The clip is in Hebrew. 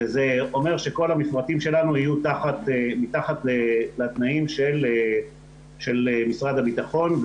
זה אומר שכל המפרטים שלנו יהיו מתחת לתנאים של משרד הביטחון,